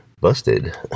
busted